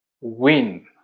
win